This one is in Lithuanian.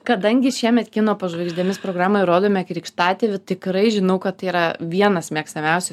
kadangi šiemet kino po žvaigždėmis programoj rodome krikštatėvį tikrai žinau kad tai yra vienas mėgstamiausių